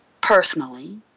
personally